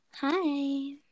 hi